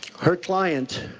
her client,